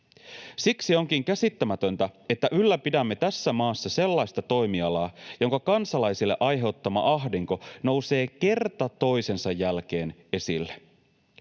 Siksi onkin käsittämätöntä, että ylläpidämme tässä maassa sellaista toimialaa, jonka kansalaisille aiheuttama ahdinko nousee kerta toisensa jälkeen esille.